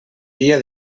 dia